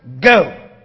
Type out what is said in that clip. go